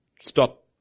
Stop